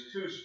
Two